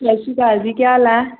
ਸਤਿ ਸ਼੍ਰੀ ਅਕਾਲ ਜੀ ਕਿਆ ਹਾਲ ਹੈ